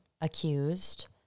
accused